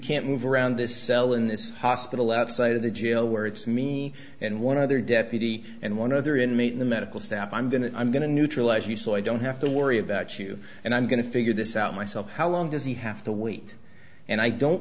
can't move around this cell in this hospital outside of the jail where it's me and one other deputy and one other inmate in the medical staff i'm going to i'm going to neutralize you so i don't have to worry about you and i'm going to figure this out myself how long does he have to wait and i don't